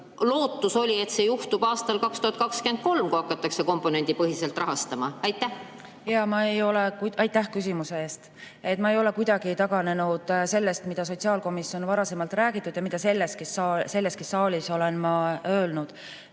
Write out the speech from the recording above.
Lootus oli, et see juhtub aastal 2023, kui hakatakse komponendipõhiselt rahastama. Suur